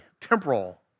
temporal